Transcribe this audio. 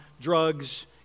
drugs